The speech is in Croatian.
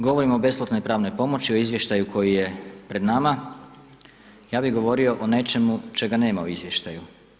Govorimo o besplatnoj pravnoj pomoći o izvještaju koji je pred nama, ja bih govorio o nečemu čega nema u izvještaju.